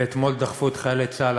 ואתמול דחפו את חיילי צה"ל,